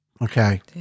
okay